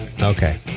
Okay